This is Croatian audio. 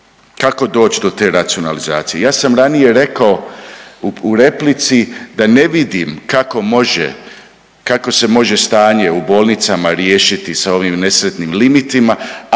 kako doć do te racionalizacije? Ja sam ranije rekao u replici da ne vidim kako može, kako se može stanje u bolnicama riješiti sa ovim nesretnim limitima